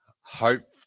hope